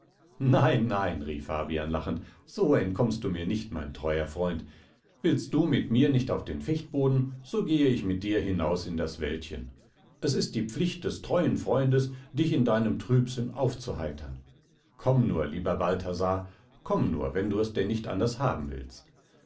nein nein rief fabian lachend so entkommst du mir nicht mein teurer freund willst du mit mir nicht auf den fechtboden so gehe ich mit dir hinaus in das wäldchen es ist die pflicht des treuen freundes dich in deinem trübsinn aufzuheitern komm nur lieber balthasar komm nur wenn du es denn nicht anders haben willst